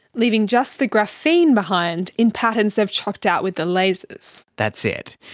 leaving just the graphene behind in patterns they've chopped out with the lasers. that's it.